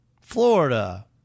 Florida